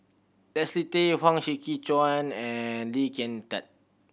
Leslie Tay Huang Shiqi Joan and Lee Kin Tat